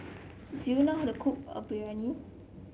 do you know how to cook a Biryani